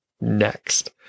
next